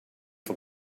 for